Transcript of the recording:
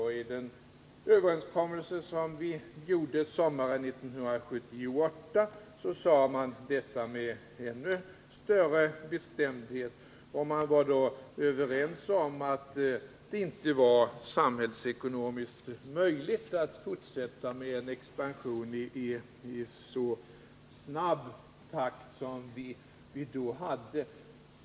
Och i den överenskommelse som vi träffade sommaren 1978 sade man detta med ännu större bestämdhet. Man var överens om att det inte var samhällsekonomiskt möjligt att fortsätta med en expansion i så snabb takt som vi då hade.